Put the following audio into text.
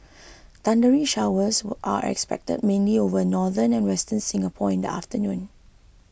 thundery showers are expected mainly over northern and western Singapore in the afternoon